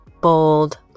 bold